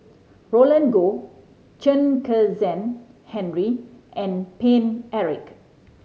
Roland Goh Chen Kezhan Henri and Paine Eric